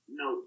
no